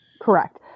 Correct